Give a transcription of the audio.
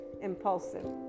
impulsive